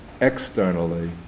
externally